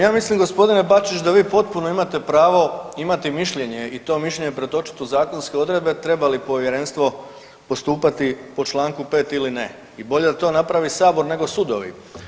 Ja mislim g. Bačić da vi potpuno imate pravo imati mišljenje i to mišljenje pretočiti u zakonske odredbe treba li povjerenstvo postupati po čl. 5. ili ne i bolje da to napravi Sabor nego sudovi.